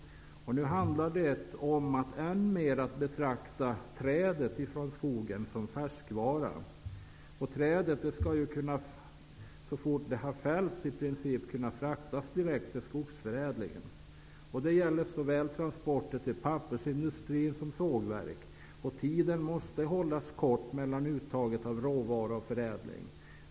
Nu handlar det om att än mer betrakta trädet från skogen såsom färskvara. Trädet skall, så fort som det i princip fällts, kunna fraktas direkt till skogsförädling. Det gäller såväl transporter till pappersindustrin som transporter till sågverken. Tiden måste hållas kort mellan uttaget av råvara och förädling.